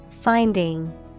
finding